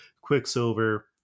Quicksilver